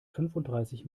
fünfunddreißig